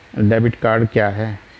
Debit card क्या है?